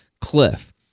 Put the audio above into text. Cliff